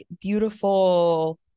beautiful